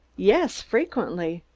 yes, frequently.